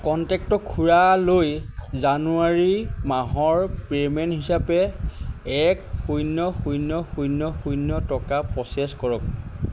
contact খুড়ালৈ জানুৱাৰী মাহৰ পে'মেণ্ট হিচাপে এক শূন্য শূন্য শূন্য শূন্য টকা প্ৰ'চেছ কৰক